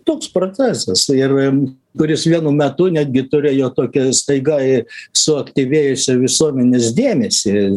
toks procesas ir kuris vienu metu netgi turėjo tokią staiga suaktyvėjusį visuomenės dėmesį